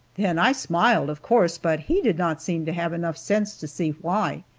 then i smiled, of course, but he did not seem to have enough sense to see why.